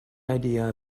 idea